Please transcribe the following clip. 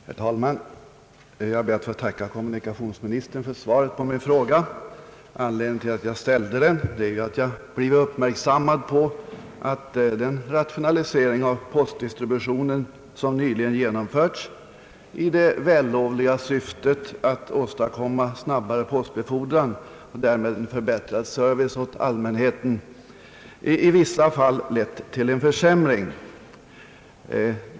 Herr talman! Jag ber att få tacka kommunikationsministern för svaret på min fråga. Anledningen till att jag ställde den är att jag blivit uppmärksammad på att den rationalisering av postdistributionen, som nyligen företagits i det vällovliga syftet att åstadkomma snabbare postbefordran och därmed förbättrad service åt allmänheten, i vissa fall lett till en försämring.